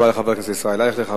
תודה רבה לחבר הכנסת ישראל אייכלר.